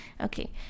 okay